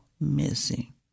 missing